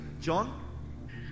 John